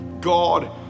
God